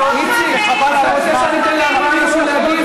איציק, אתה רוצה שאני אתן, להגיב?